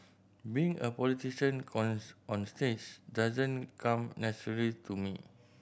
being a politician cons onstage doesn't come naturally to me